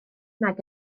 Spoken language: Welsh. nag